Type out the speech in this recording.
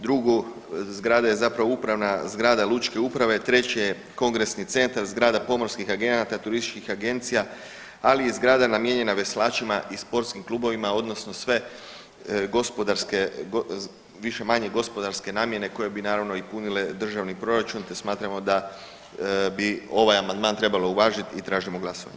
Drugu, zgrada je zapravo upravna zgrada lučke uprave, treće je kongresni centar zgrada pomorskih agenata turističkih agencija, ali i zgrada namijenjena veslačima i sportskim klubovima odnosno sve više-manje gospodarske namjene koje bi naravno i punile državni proračun te smatramo da bi ovaj amandman trebalo uvažiti i tražimo glasovanje.